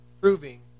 proving